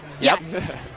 Yes